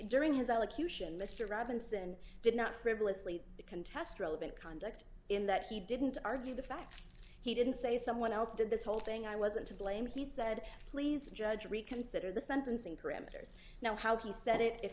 during his elocution mr robinson did not frivolously contest relevant conduct in that he didn't argue the facts he didn't say someone else did this whole thing i wasn't to blame he said please judge reconsider the sentencing parameters now how